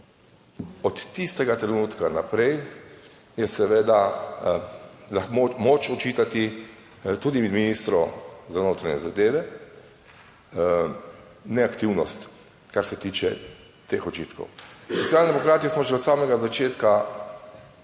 od tistega trenutka naprej je seveda moč očitati tudi ministru za notranje zadeve neaktivnost, kar se tiče teh očitkov. Socialdemokrati smo že od samega začetka